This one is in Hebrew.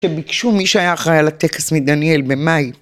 שביקשו מי שהיה אחראי על הטקס מדניאל במאי